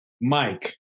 Mike